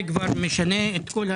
זה כבר משנה את כל התמונה.